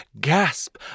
gasp